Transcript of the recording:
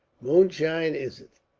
moonshine, is it!